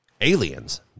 Aliens